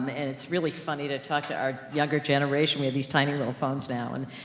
um and it's really funny to talk to our younger generation with these tiny little phones now. and,